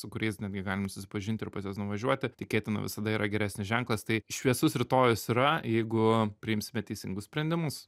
su kuriais netgi galim susipažinti ir pas juos nuvažiuoti tikėtina visada yra geresnis ženklas tai šviesus rytojus yra jeigu priimsime teisingus sprendimus